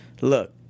Look